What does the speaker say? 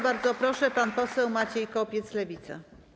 Bardzo proszę, pan poseł Maciej Kopiec, Lewica.